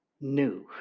new